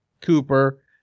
Cooper